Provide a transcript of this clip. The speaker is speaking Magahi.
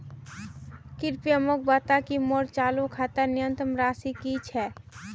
कृपया मोक बता कि मोर चालू खातार न्यूनतम राशि की छे